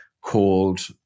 called